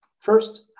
First